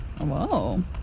Whoa